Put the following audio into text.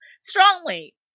strongly